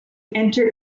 enter